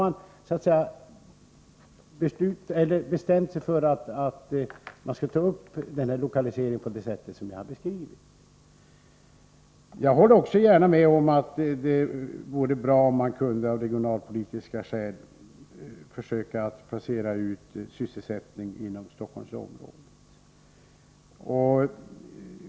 Man har emellertid bestämt sig för att ta upp denna lokalisering på det sätt som jag har beskrivit. Jag håller gärna med om att det vore bra om man av regionalpolitiska skäl kunde placera ut sysselsättningstillfällen inom Stockholmsområdet.